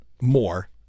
more